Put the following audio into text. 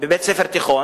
בבית-ספר תיכון,